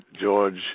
George